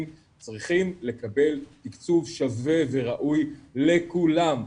צריכים לקבל תקצוב שווה וראוי לכולם.